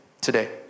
today